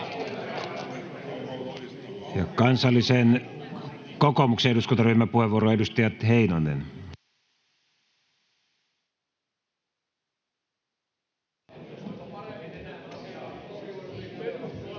Kansallisen Kokoomuksen eduskuntaryhmän puheenvuoro, edustaja Heinonen. [Speech